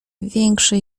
większe